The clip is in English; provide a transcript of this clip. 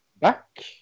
back